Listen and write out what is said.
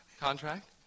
Contract